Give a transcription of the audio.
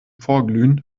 vorglühen